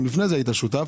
גם לפני זה היית שותף.